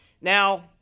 Now